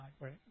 right